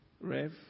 Rev